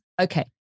Okay